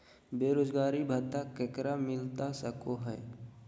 बेरोजगारी भत्ता ककरा मिलता सको है?